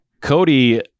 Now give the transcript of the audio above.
Cody